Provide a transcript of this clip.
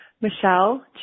Michelle